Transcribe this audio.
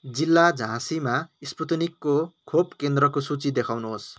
जिल्ला झाँसीमा स्पुतनिकको खोप केन्द्रको सूची देखाउनुहोस्